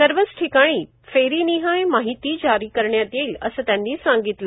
सर्वच ठिकाणी फेरी निहाय माहिती जारी करण्यात येईल असे त्यांनी सांगितले